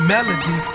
Melody